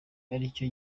aricyo